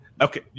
okay